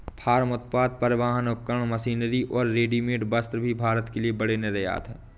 farm उत्पाद, परिवहन उपकरण, मशीनरी और रेडीमेड वस्त्र भी भारत के लिए बड़े निर्यात हैं